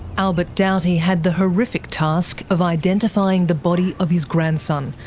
albert doughty had the horrific task of identifying the body of his grandson,